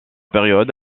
période